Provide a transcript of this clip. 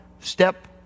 step